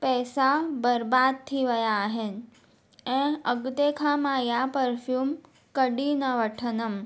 पैसा बर्बाद थी विया आहिनि ऐं अॻिते खां मां इहा परफ्यूम कॾहिं न वठंदमि